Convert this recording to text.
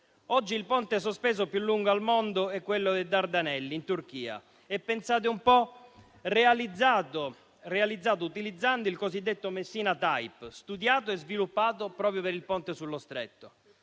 Oggi il ponte sospeso più lungo al mondo è quello dei Dardanelli in Turchia e - pensate un po' - è stato realizzato utilizzando il cosiddetto Messina *type*, studiato e sviluppato proprio per il Ponte sullo Stretto.